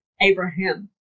Abraham